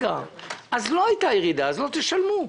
אז לא הייתה ירידה, אז לא תשלמו.